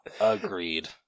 agreed